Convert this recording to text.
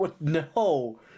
No